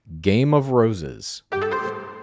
gameofroses